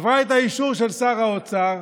עברה את האישור של שר האוצר,